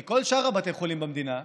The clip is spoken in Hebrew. כי כל שאר בתי החולים במדינה,